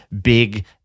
big